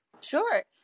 Sure